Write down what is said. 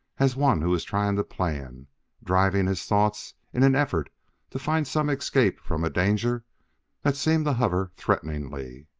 as one who is trying to plan driving his thoughts in an effort to find some escape from a danger that seemed to hover threateningly.